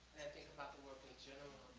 think about the work in general,